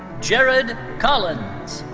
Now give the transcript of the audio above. jarod collens.